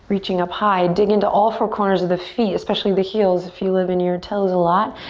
reaching up high. dig into all four corners of the feet, especially the heels if you live in your toes a lot,